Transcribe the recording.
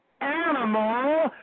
Animal